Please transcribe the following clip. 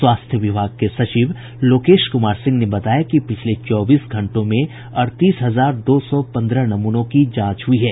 स्वास्थ्य विभाग के सचिव लोकेश कुमार सिंह ने बताया कि पिछले चौबीस घंटों अड़तीस हजार दो सौ पन्द्रह नमूनों की जांच हुई है